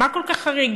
מה כל כך חריג?